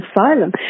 asylum